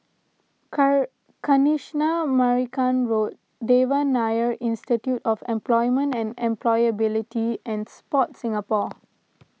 Kanisha Marican Road Devan Nair Institute of Employment and Employability and Sport Singapore